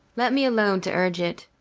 let me alone to urge it,